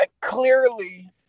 clearly